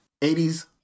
80s